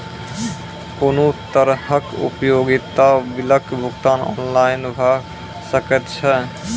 कुनू तरहक उपयोगिता बिलक भुगतान ऑनलाइन भऽ सकैत छै?